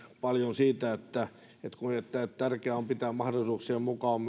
paljon siitä että tärkeää on pitää mahdollisuuksien mukaan